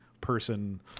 person